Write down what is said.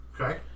Okay